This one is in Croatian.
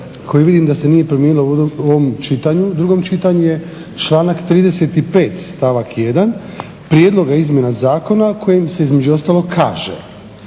koja vidim da se nije promijenila u ovom drugom čitanju je članak 35. stavak 1. prijedloga izmjena zakona kojim se između ostalog kaže: